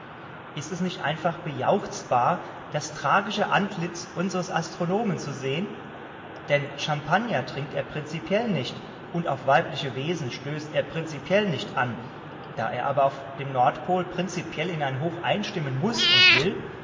ist es nicht einfach bejauchzbar das tragische antlitz unseres astronomen zu sehen denn champagner trinkt er prinzipiell nicht und auf weibliche wesen stößt er prinzipiell nicht an da er aber auf dem nordpol prinzipiell in ein hoch einstimmen muß und will